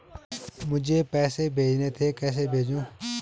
मुझे पैसे भेजने थे कैसे भेजूँ?